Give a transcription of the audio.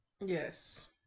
Yes